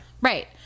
Right